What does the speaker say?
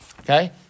Okay